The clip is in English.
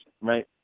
Right